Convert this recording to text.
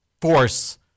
force